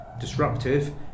disruptive